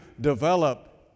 develop